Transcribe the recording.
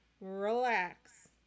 Relax